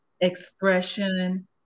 expression